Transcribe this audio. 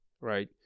Right